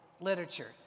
literature